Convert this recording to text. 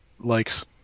likes